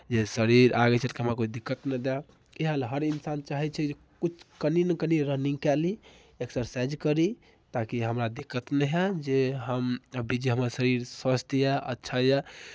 जे शरीर आगे चलकर हमरा कोइ दिक्कत नहि दए इएह लए हर इन्सान चाहै छै जे किछु कनि नहि कनि रनिंग कए ली एक्सरसाइज करी ताकि हमरा दिक्कत नहि हएत जे हम अभी जे हमर शरीर स्वस्थ यए अच्छा यए